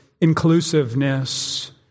Inclusiveness